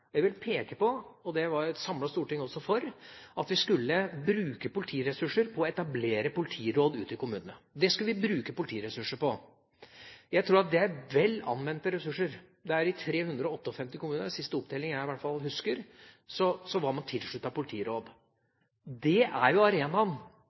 Jeg vil peke på at et samlet storting var for at vi skulle bruke politiressurser på å etablere politiråd ute i kommunene. Det skulle vi bruke politiressurser på. Jeg tror at det er vel anvendte ressurser. Ved siste opptelling jeg i hvert fall husker, var man i 358 kommuner